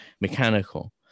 mechanical